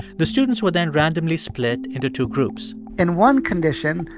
the students were then randomly split into two groups in one condition,